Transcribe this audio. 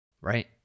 Right